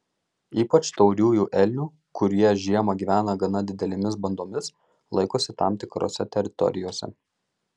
ypač tauriųjų elnių kurie žiemą gyvena gana didelėmis bandomis laikosi tam tikrose teritorijose